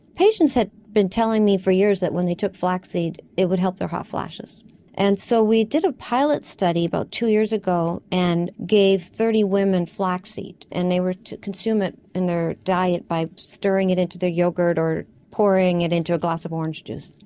patients had been telling me for years that when they took flaxseed it would help their hot flashes and so we did a pilot study about two years ago and gave thirty women flaxseed and they were to consume it in their diet by stirring it into their yoghurt or pouring it into a glass of orange juice.